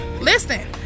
Listen